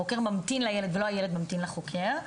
חוקר ממתין לילד ולא הילד ממתין לחוקר.